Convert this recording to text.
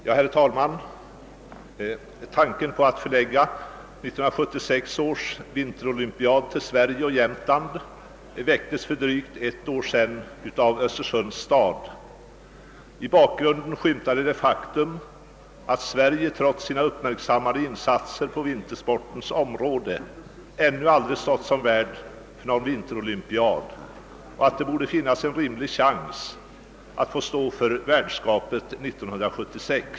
Herr talman! Tanken att förlägga 1976 års vinterolympiad till Sverige och Jämtland framfördes för drygt ett år sedan av Östersunds stad. I bakgrunden skymtade det faktum att Sverige, trots sina uppmärksammade insatser på vintersportens område, ännu aldrig stått som värd för någon vinterolympiad och att det borde finnas en rimlig chans att få stå för värdskapet 1976.